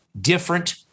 different